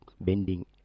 bending